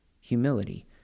humility